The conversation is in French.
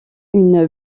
une